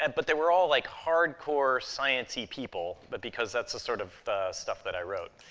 and but they were all, like, hard-core science-y people, but because that's the sort of stuff that i wrote.